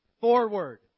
forward